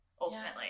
ultimately